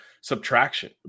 subtraction